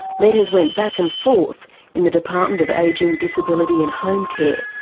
letters went back and forth in the department of ageing, disability and home care.